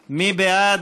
הפשע,